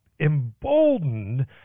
emboldened